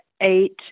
eight